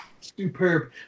superb